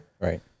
right